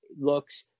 looks